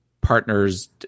partner's –